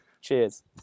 Cheers